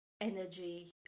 energy